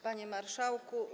Panie Marszałku!